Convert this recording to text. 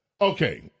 Okay